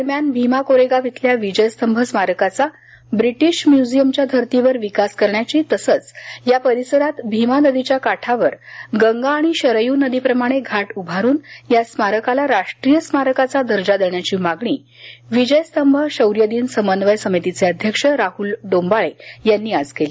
दरम्यान भीमा कोरेगाव इथल्या विजय स्तंभ स्मारकाचा ब्रिटिश म्युझियमच्या धर्तीवर विकास करण्याची तसंच या परिसरात भीमा नदीच्या काठावर गंगा आणि शरय्र नदीप्रमाणे घाट उभारून या स्मारकाला राष्ट्रीय स्मारकाचा दर्जा देण्याची मागणी विजय स्तंभ शौर्य दिन समन्वय समितीचे अध्यक्ष राहुल डोंबाळे यांनी आज केली